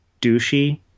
douchey